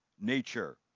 nature